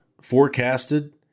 forecasted